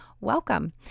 Welcome